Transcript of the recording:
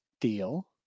deal